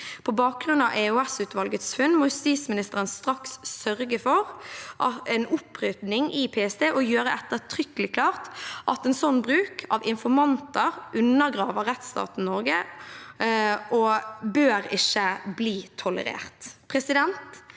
På bakgrunn av EOS-utvalgets funn må justisministeren straks sørge for en opprydding i PST og gjøre det ettertrykkelig klart at en sånn bruk av informanter undergraver rettsstaten Norge og ikke bør bli tolerert.